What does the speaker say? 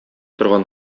торган